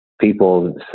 People